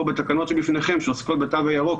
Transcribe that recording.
פה בתקנות שבפניכם שעוסקות בתו הירוק